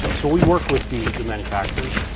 and so we work with the the manufacturers.